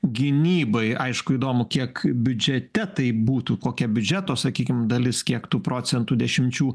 gynybai aišku įdomu kiek biudžete tai būtų kokia biudžeto sakykim dalis kiek tų procentų dešimčių